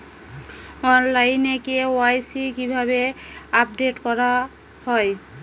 অনলাইনে কে.ওয়াই.সি কিভাবে আপডেট করা হয়?